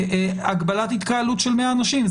הגבלת התקהלות של 100 אנשים.